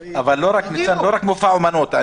בכללים- -- לא רק מופע אומנות.